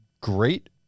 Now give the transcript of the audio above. great